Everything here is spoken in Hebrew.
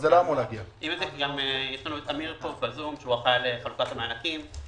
יש לנו אמיר דהן בזום, שאחראי על חלוקת מענקים.